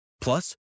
Plus